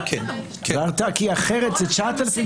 אני, אלון, חבר הכנסת ועוד.